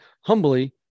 Humbly